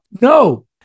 No